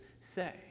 say